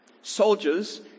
Soldiers